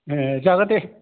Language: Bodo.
ए जागोन दे